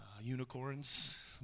unicorns